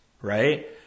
right